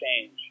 change